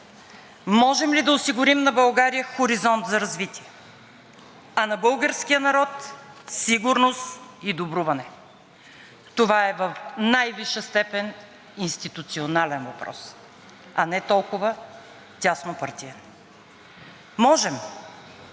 можем ли да осигурим на България хоризонт за развитие, а на българския народ – сигурност и добруване. Това е в най-висша степен институционален въпрос, а не толкова тяснопартиен. Можем,